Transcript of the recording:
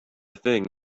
thing